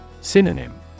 Synonym